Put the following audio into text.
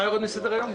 מה יורד מסדר היום?